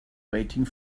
waiting